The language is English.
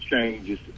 changes